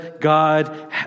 God